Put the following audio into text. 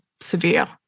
severe